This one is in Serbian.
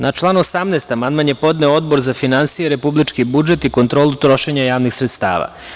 Na član 18. amandman je podneo Odbor za finansije, republički budžet i kontrolu trošenja javnih sredstava.